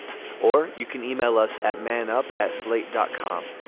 or you can email us at man up at slate dot com.